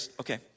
okay